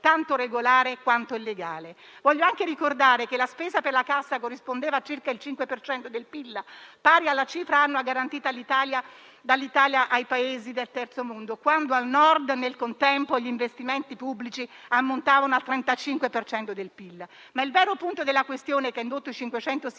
tanto regolare, quanto illegale. Voglio anche ricordare che la spesa per la Cassa corrispondeva a circa il 5 per cento del PIL, pari alla cifra annua garantita dall'Italia ai Paesi del Terzo mondo, quando al Nord, nel contempo, gli investimenti pubblici ammontavano al 35 per cento del PIL. Il vero punto della questione che ha indotto i 500